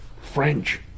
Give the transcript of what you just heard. French